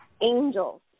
angels